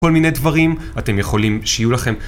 כל מיני דברים, אתם יכולים שיהיו לכם.